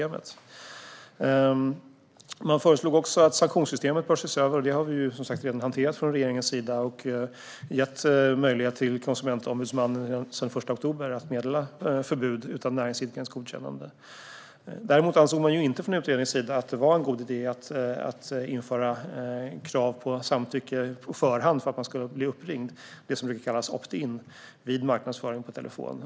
Vidare föreslog man att sanktionssystemet bör ses över, och det har regeringen som sagt redan hanterat. Vi har sedan den 1 oktober gett möjlighet till Konsumentombudsmannen att meddela förbud utan näringsidkarens godkännande. Däremot ansåg utredningen inte att det var en god idé att införa krav på samtycke på förhand för att man ska bli uppringd - det som brukar kallas opt in - vid marknadsföring på telefon.